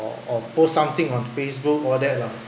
or or post something on facebook all that lah